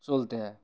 চলতে হয়